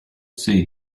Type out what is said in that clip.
see